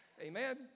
Amen